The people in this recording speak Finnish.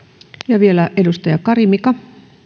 vielä edustaja kari mika